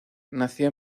nació